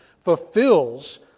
fulfills